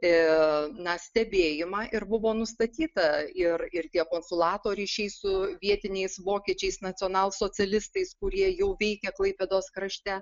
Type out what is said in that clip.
e na stebėjimą ir buvo nustatyta ir ir tie konsulato ryšiai su vietiniais vokiečiais nacionalsocialistais kurie jau veikė klaipėdos krašte